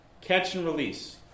catch-and-release